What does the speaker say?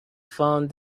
found